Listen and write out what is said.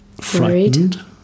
frightened